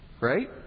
Right